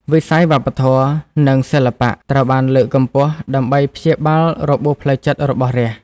វិស័យវប្បធម៌ និងសិល្បៈត្រូវបានលើកកម្ពស់ដើម្បីព្យាបាលរបួសផ្លូវចិត្តរបស់រាស្ត្រ។